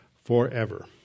forever